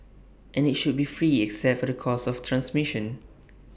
and IT should be free except for the cost of transmission